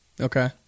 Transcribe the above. okay